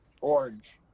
Orange